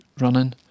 running